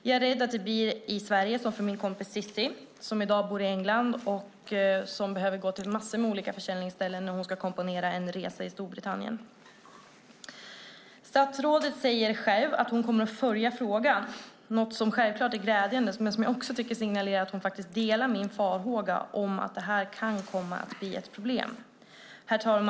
Jag är rädd att det i Sverige blir som för min kompis Sissi som i dag bor i England och som får gå till en massa olika försäljningsställen när hon ska komponera en resa i Storbritannien. Statsrådet säger att hon kommer att följa frågan, något som självklart är glädjande. Men jag tycker att det också signalerar att hon delar min farhåga om att det här kan komma att bli ett problem. Herr talman!